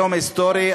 יום היסטורי.